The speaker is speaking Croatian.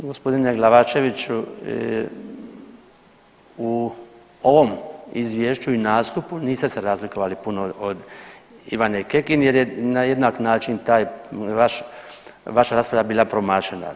Gospodine Glavaševiću u ovom izvješću i nastupu niste se razlikovali puno od Ivane Kekin jer je na jednak način ta vaša rasprava bila promašena.